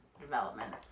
development